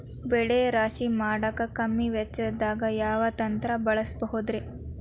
ಬೆಳೆ ರಾಶಿ ಮಾಡಾಕ ಕಮ್ಮಿ ವೆಚ್ಚದಾಗ ಯಾವ ಯಂತ್ರ ಬಳಸಬಹುದುರೇ?